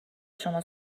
شما